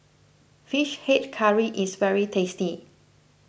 Fish Head Curry is very tasty